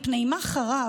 מפני מה חרב?